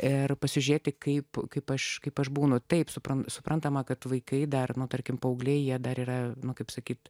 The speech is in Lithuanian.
ir pasižiūrėti kaip kaip aš kaip aš būnu taip suprantu suprantama kad vaikai dar nuo tarkim paaugliai jie dar yra nu kaip sakyti